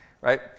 Right